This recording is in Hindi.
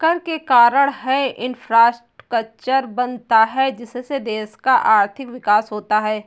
कर के कारण है इंफ्रास्ट्रक्चर बनता है जिससे देश का आर्थिक विकास होता है